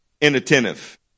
inattentive